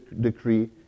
decree